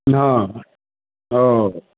पिन्हा हम्मर और